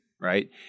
Right